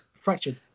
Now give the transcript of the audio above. Fractured